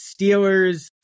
Steelers